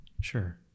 Sure